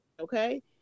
Okay